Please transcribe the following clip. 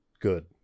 good